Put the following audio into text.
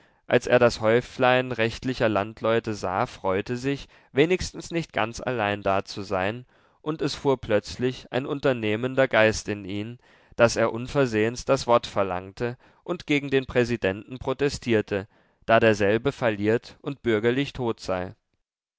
als er das häuflein rechtlicher landleute sah freute sich wenigstens nicht ganz allein da zu sein und es fuhr plötzlich ein unternehmender geist in ihn daß er unversehens das wort verlangte und gegen den präsidenten protestierte da derselbe falliert und bürgerlich tot sei